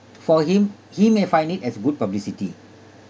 for him he may find it as good publicity